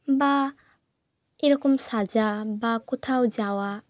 বা এরকম সাজা বা কোথাও যাওয়া